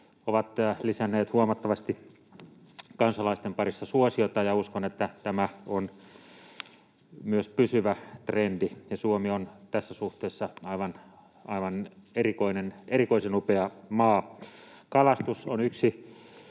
ovat lisänneet huomattavasti suosiotaan kansalaisten parissa, ja uskon, että tämä on myös pysyvä trendi. Suomi on tässä suhteessa aivan erikoisen upea maa. Kalastus on yksi